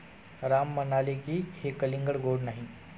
राम म्हणाले की, हे कलिंगड गोड नाही